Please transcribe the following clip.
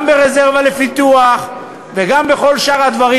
ברזרבה לפיתוח וגם בכל שאר הדברים,